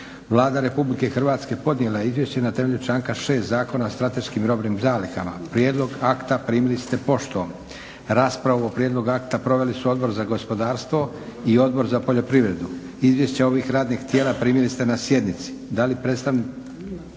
Vlada Republike Hrvatske podnijela je izvješće na temelju članka 6. Zakona o strateškim i robnim zalihama. Prijedlog akta primili ste poštom. Raspravu o prijedlogu akta proveli su Odbor za gospodarstvo i Odbor za poljoprivredu. Izvješća ovih radnih tijela primili ste na sjednici. Da li predstavnik